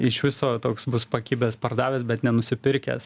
iš viso toks bus pakibęs pardavęs bet nenusipirkęs